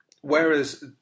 whereas